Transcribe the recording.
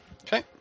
Okay